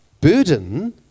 burden